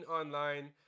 online